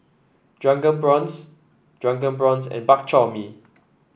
Drunken Prawns Drunken Prawns and Bak Chor Mee